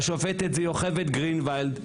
השופטת זו יוכבד גרינוולד.